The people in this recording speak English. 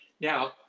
Now